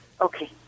Okay